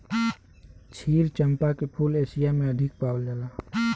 क्षीर चंपा के फूल एशिया में अधिक पावल जाला